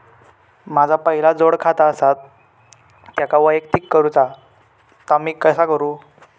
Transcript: माझा पहिला जोडखाता आसा त्याका वैयक्तिक करूचा असा ता मी कसा करू?